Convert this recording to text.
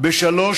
כדבר